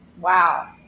Wow